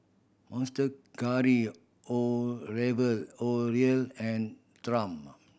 Monster Curry and Triumph